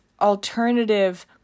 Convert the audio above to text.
alternative